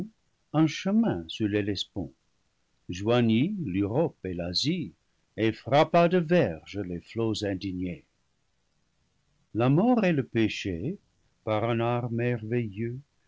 un chemin sur l'hellespont joignit l'europe à l'asie et frappa de verges les flots indignés la mort et le péché par un art merveilleux